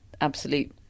absolute